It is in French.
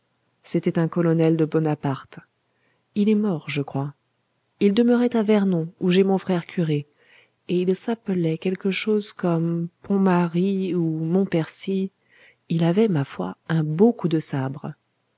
c'était un colonel de bonaparte il est mort je crois il demeurait à vernon où j'ai mon frère curé et il s'appelait quelque chose comme pontmarie ou montpercy il avait ma foi un beau coup de sabre